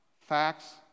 facts